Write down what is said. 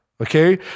Okay